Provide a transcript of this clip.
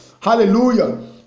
Hallelujah